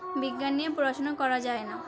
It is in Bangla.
বিজ্ঞান নিয়ে পড়াশোনা করা যায় না